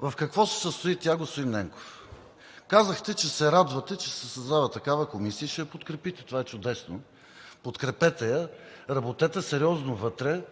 В какво се състои тя, господин Ненков? Казахте, че се радвате, че се създава такава комисия и ще я подкрепите – това е чудесно. Подкрепете я, работете сериозно вътре